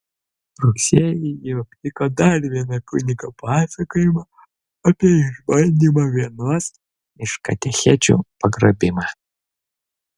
rugsėjį ji aptiko dar vieną kunigo pasakojimą apie išbandymą vienos iš katechečių pagrobimą